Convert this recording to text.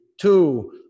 two